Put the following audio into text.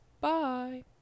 bye